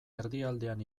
erdialdean